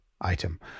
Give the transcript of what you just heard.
item